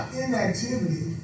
inactivity